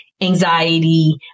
anxiety